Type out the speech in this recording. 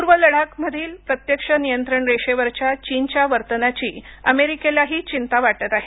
पूर्व लडाख मधील प्रत्यक्ष नियंत्रण रेषेवरच्या चीनच्या वर्तनाची अमेरिकालही चिंता वाटत आहे